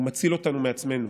שהוא מציל אותנו מעצמנו.